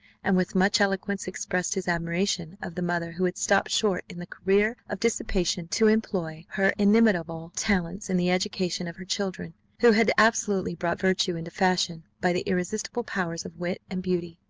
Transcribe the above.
and with much eloquence expressed his admiration of the mother who had stopped short in the career of dissipation to employ her inimitable talents in the education of her children who had absolutely brought virtue into fashion by the irresistible powers of wit and beauty.